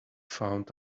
found